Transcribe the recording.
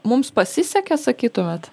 mums pasisekė sakytumėt